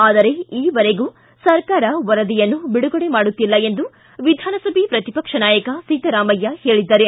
ಆದರೆ ಈವರೆಗೂ ಸರ್ಕಾರ ವರದಿಯನ್ನು ಬಿಡುಗಡೆ ಮಾಡುತ್ತಿಲ್ಲ ಎಂದು ವಿಧಾನಸಭೆ ಪ್ರತಿಪಕ್ಷ ನಾಯಕ ಸಿದ್ದರಾಮಯ್ಯ ಹೇಳಿದ್ದಾರೆ